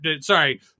Sorry